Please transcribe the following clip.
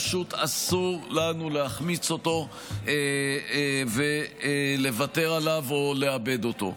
פשוט אסור לנו להחמיץ אותו ולוותר עליו או לאבד אותו.